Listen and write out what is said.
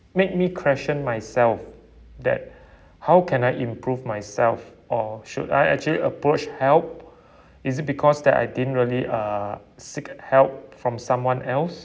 made me question myself that how can I improve myself or should I actually approached help is it because that I didn't really uh seek help from someone else